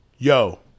Yo